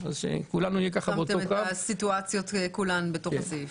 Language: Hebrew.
כל הסיטואציות בתוך הסעיף.